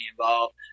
involved